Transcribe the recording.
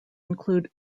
include